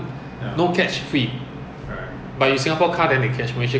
but in singapore ah all the truck lorry 来进来不用